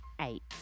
eight